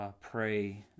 pray